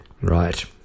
Right